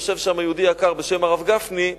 יושב שם יהודי יקר בשם הרב גפני,